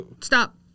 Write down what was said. Stop